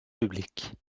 public